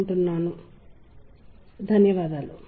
మీకు చాలా కృతజ్ఞతలు